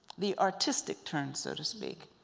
the artistic turn, so to speak,